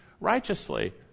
righteously